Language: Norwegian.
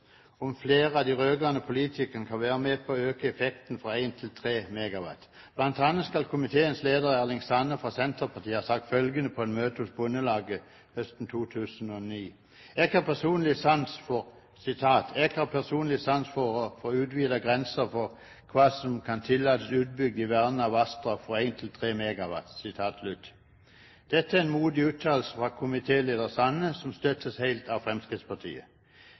om flere av de rød-grønne politikerne kan være med på å øke effekten fra 1 MW til 3 MW. Blant annet skal komiteens leder, Erling Sande fra Senterpartiet, ha sagt følgende på et møte hos Bondelaget høsten 2009: «Eg har personleg sans for å få utvida grensa for kva som kan tillatast utbygd i verna vassdrag frå 1 til 3 megawatt.» Dette er en modig uttalelse frå komitéleder Sande, som støttes helt av Fremskrittspartiet.